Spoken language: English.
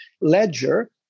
ledger